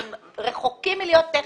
הם רחוקים מלהיות טכניים,